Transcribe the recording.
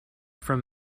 from